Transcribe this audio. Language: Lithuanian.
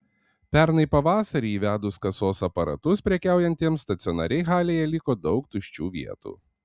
pernai pavasarį įvedus kasos aparatus prekiaujantiems stacionariai halėje liko daug tuščių vietų